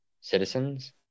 citizens